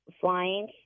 flying